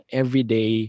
everyday